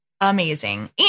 amazing